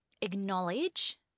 acknowledge